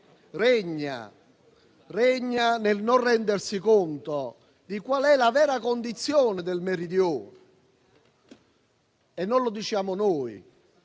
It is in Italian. regna nel non rendersi conto di quale sia la vera condizione del Meridione. Non lo diciamo noi;